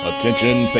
Attention